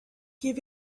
give